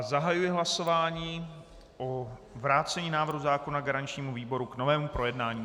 Zahajuji hlasování o vrácení návrhu zákona garančnímu výboru k novému projednání.